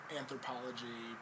anthropology